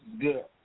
good